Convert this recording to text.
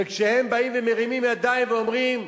וכשהם באים ומרימים ידיים ואומרים: